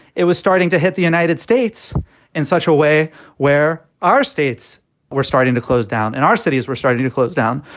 it was starting to hit the united states in such a way where our states were starting to close down and our cities were starting to close down.